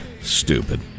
stupid